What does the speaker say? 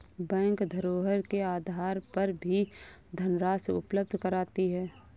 bank धरोहर के आधार पर भी धनराशि उपलब्ध कराती है